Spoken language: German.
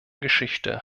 geschichte